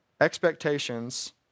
expectations